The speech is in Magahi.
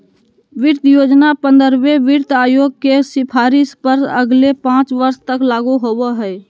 वित्त योजना पंद्रहवें वित्त आयोग के सिफारिश पर अगले पाँच वर्ष तक लागू होबो हइ